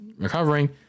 recovering